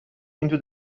into